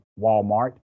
Walmart